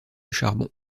charbon